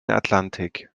atlantik